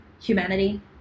humanity